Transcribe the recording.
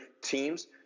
teams